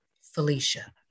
Felicia